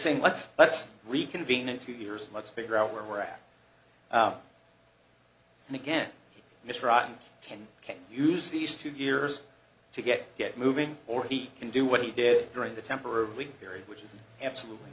saying let's let's reconvene in two years let's figure out where we're at and again mr otton can use these two years to get it moving or he can do what he did during the temporary week period which is absolutely